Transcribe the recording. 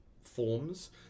forms